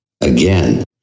Again